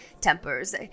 tempers